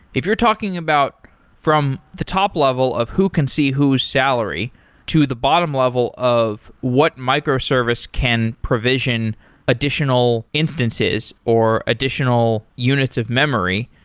if you're talking about from the top level of who can see whose salary to the bottom level of what microservice can provision additional instances or additional units of memory,